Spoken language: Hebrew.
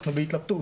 אנחנו בהתלבטות,